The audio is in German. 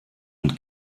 und